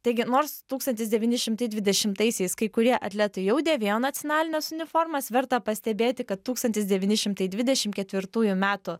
taigi nors tūkstantis devyni šimtai dvidešimtaisiais kai kurie atletai jau dėvėjo nacionalines uniformas verta pastebėti kad tūkstantis devyni šimtai dvidešim ketvirtųjų metų